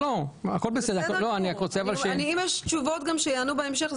אם יש תשובות, אפשר לענות גם בהמשך.